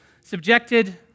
subjected